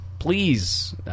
please